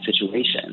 situation